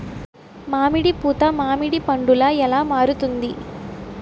మామిడి పూత మామిడి పందుల ఎలా మారుతుంది?